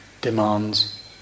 demands